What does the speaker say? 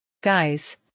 guys